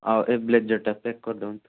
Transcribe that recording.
ଆଉ ଏ ବ୍ଲେଜର୍ ଟା ପ୍ୟାକ୍ କରିଦିଅନ୍ତୁ